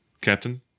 Captain